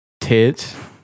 Tits